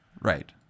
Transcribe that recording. Right